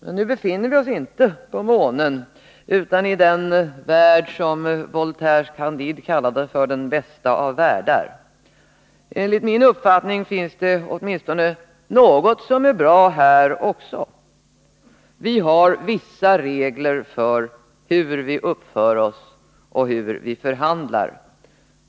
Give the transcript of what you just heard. Men nu befinner vi oss inte på månen utan i den värld som Voltaires Candide kallade den bästa av världar. Enligt min uppfattning finns det åtminstone något som är bra här också. Vi har vissa regler för hur vi uppför oss och hur vi förhandlar